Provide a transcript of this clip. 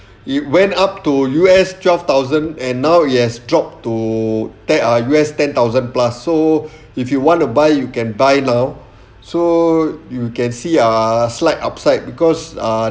it went up to U_S twelve thousand and now it has drop to ten ah U_S ten thousand plus so if you want to buy you can buy now so you can see ah slight upside because ah